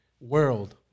world